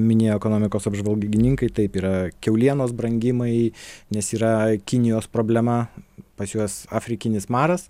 minėjo ekonomikos apžvalgininkai taip yra kiaulienos brangimai nes yra kinijos problema pas juos afrikinis maras